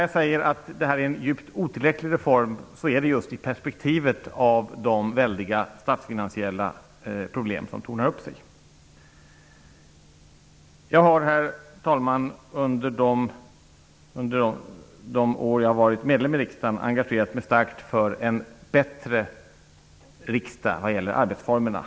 Jag säger att detta är en djupt otillräcklig reform. Det är den i perspektivet av de väldiga statsfinansiella problem som tornar upp sig. Herr talman! Jag har under de år som jag har varit medlem i riksdagen engagerat mig starkt för en bättre riksdag vad gäller arbetsformerna.